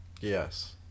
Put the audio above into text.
Yes